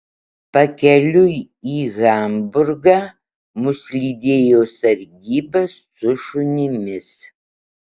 pakeliui į hamburgą mus lydėjo sargyba su šunimis